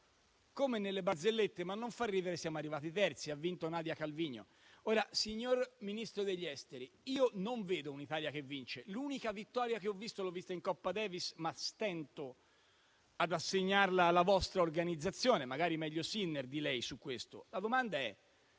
Come nelle barzellette, ma non fa ridere, siamo arrivati terzi: ha vinto Nadia Calviño. Signor Ministro degli affari esteri, io non vedo un'Italia che vince. L'unica vittoria l'ho vista in Coppa Davis, ma stento ad assegnarla alla vostra organizzazione, magari è meglio Sinner di lei su questo.